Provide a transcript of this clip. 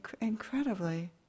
incredibly